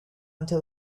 until